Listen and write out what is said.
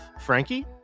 Frankie